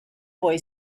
boy